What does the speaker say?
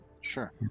sure